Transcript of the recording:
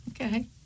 okay